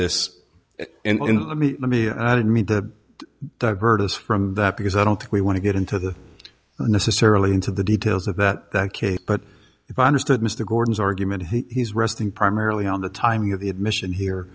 me let me i don't mean to divert us from that because i don't think we want to get into the necessarily into the details of that case but if i understood mr gordon's argument he's resting primarily on the timing of the admission here